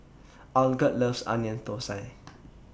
Algot loves Onion Thosai